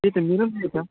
त्यही त मेरो पनि त्यही छ